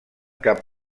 cap